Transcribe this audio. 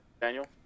Daniel